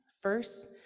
first